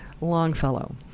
Longfellow